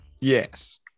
Yes